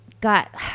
got